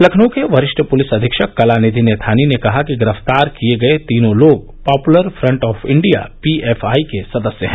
लखनऊ के वरिष्ठ पुलिस अधीक्षक कलानिधि नैथानी ने कहा कि गिरफ्तार किये गये तीनों लोग popular front of India PFI के सदस्य हैं